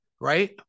right